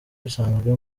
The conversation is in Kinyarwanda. bisanzwe